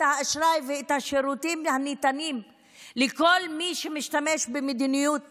האשראי ואת השירותים הניתנים לכל מי שמשתמש במדיניות